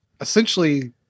essentially